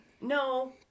No